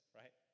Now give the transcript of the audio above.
right